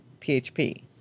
php